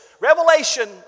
Revelation